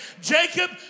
Jacob